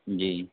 جی